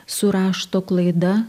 su rašto klaida